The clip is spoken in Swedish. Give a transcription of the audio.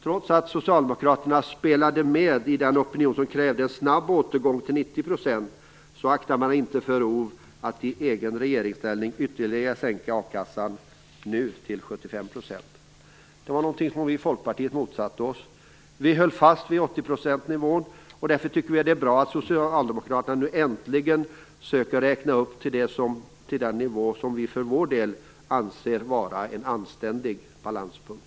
Trots att Socialdemokraterna spelade med i den opinion som krävde en snabb återgång till 90 % aktade man inte för ord att i egen regeringsställning ytterligare sänka a-kassan till 75 %. Det var någonting som vi i Folkpartiet motsatte oss. Vi höll fast vi 80 %-nivån, och därför tycker vi att det är bra att Socialdemokraterna nu äntligen söker räkna upp det till den nivå som vi för vår del anser vara en anständig balanspunkt.